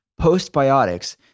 Postbiotics